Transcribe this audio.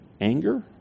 anger